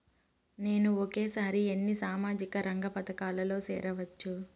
నేను ఒకేసారి ఎన్ని సామాజిక రంగ పథకాలలో సేరవచ్చు?